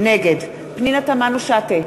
נגד פנינה תמנו-שטה,